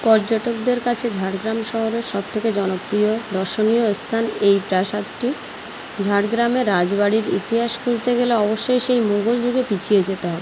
পর্যটকদের কাছে ঝাড়গ্রাম শহরের সব থেকে জনপ্রিয় দর্শনীয় স্থান এই প্রাসাদটি ঝাড়গ্রামের রাজবাড়ির ইতিহাস খুঁজতে গেলে অবশ্যই সেই মোগল যুগে পিছিয়ে যেতে হবে